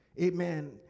amen